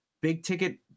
big-ticket